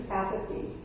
apathy